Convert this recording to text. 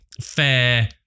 fair